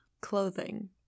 clothing